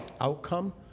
outcome